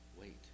wait